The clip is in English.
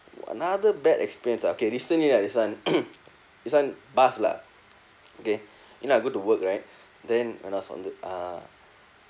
another bad experience ah okay recently lah this one this one bus lah okay you know I go to work right then when I was on the uh